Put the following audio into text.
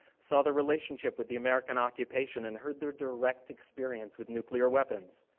saw the relationship with the american occupation and heard their direct experience with nuclear weapons.